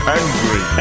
angry